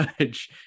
judge